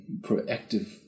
proactive